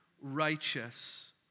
righteous